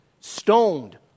stoned